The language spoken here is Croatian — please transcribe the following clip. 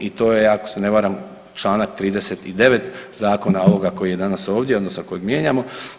I to je ako se ne varam Članak 39. zakona ovoga koji je danas ovdje odnosno kojeg mijenjamo.